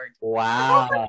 Wow